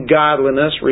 godliness